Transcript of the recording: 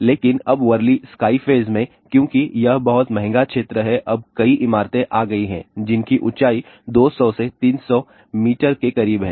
लेकिन अब Worli sky phase में क्योंकि यह बहुत महंगा क्षेत्र है अब कई इमारतें आ गई हैं जिनकी ऊंचाई 200 से 300 मीटर के करीब है